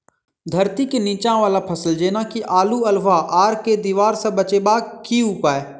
धरती केँ नीचा वला फसल जेना की आलु, अल्हुआ आर केँ दीवार सऽ बचेबाक की उपाय?